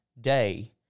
day